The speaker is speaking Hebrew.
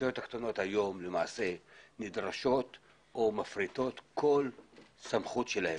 הרשויות הקטנות נדרשות להפריט כל סמכות שלהן.